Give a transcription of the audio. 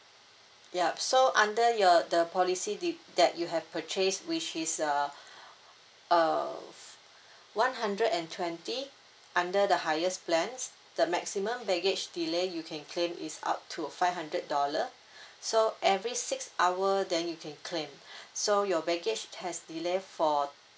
yup so under your the the policy di~ that you have purchased which is uh uh one hundred and twenty under the highest plans the maximum baggage delay you can claim is up to five hundred dollar so every six hour then you can claim so your baggage has delay for